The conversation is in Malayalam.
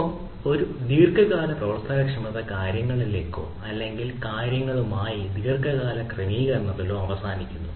ഒപ്പം ഒരു ദീർഘകാല പ്രവർത്തനക്ഷമത കാര്യങ്ങളിലോ അല്ലെങ്കിൽ കാര്യങ്ങളുമായി ദീർഘകാല ക്രമീകരണത്തിലോ അവസാനിക്കുന്നു